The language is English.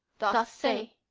doth say,